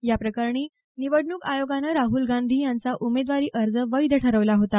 या प्रकरणी निवडणूक आयोगाने राहुल गांधी यांचा उमेदवारी अर्ज वैध ठरवला होता